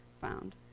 found